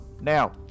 now